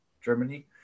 Germany